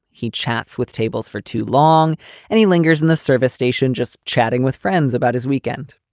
he chats with tables for too long and he lingers in the service station just chatting with friends about his weekend.